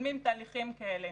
מקדמים תהליכים כאלה.